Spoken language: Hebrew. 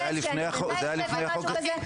שאין לי נשק או משהו כזה.